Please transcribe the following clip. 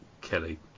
Kelly